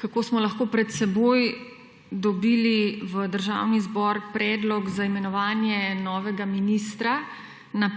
kako smo lahko pred seboj dobili v Državni zbor predlog za imenovanje novega ministra v